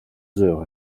heures